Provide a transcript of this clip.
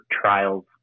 trials